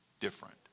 Different